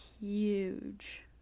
huge